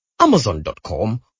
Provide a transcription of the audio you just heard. Amazon.com